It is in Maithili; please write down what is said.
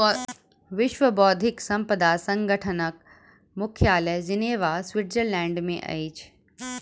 विश्व बौद्धिक संपदा संगठनक मुख्यालय जिनेवा, स्विट्ज़रलैंड में अछि